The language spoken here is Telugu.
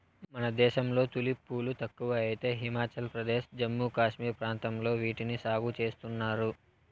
మన దేశంలో తులిప్ పూలు తక్కువ అయితే హిమాచల్ ప్రదేశ్, జమ్మూ కాశ్మీర్ ప్రాంతాలలో వీటిని సాగు చేస్తున్నారు